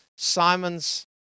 simon's